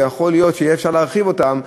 ויכול להיות שאפשר יהיה להרחיב אותם,